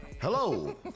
Hello